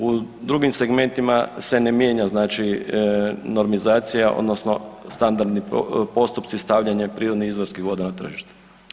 U drugim segmentima se ne mijenja znači normizacija odnosno standardni postupci stavljanja prirodnih izvorskih voda na tržište.